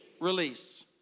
release